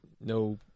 no